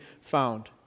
found